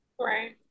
Right